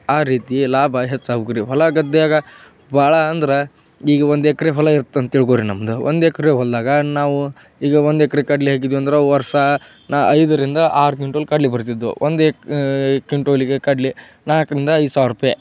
ಆ ರೀತಿ ಲಾಭ ಹೆಚ್ಚಾಗುರಿ ಹೊಲ ಗದ್ದೆಯಾಗ ಭಾಳ ಅಂದ್ರೆ ಈಗ ಒಂದು ಎಕರೆ ಹೊಲ ಇರ್ತೆ ಅಂತ ತಿಳ್ಕೊಳ್ರಿ ನಮ್ಮದು ಒಂದು ಎಕರೆ ಹೊಲದಾಗ ನಾವು ಈಗ ಒಂದು ಎಕರೆ ಕಡಲೆ ಹಾಕಿದ್ವಿ ಅಂದ್ರೆ ವರ್ಷ ನ ಐದರಿಂದ ಆರು ಕ್ವಿಂಟಲ್ ಕಡಲೆ ಬರ್ತಿದ್ದವು ಒಂದು ಎಕ್ ಕ್ವಿಂಟೋಲಿಗೆ ಕಡಲೆ ನಾಲ್ಕರಿಂದ ಐದು ಸಾವಿರ ರೂಪಾಯಿ